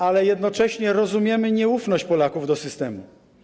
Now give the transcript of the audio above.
Ale jednocześnie rozumiemy nieufność Polaków do systemu.